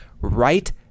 right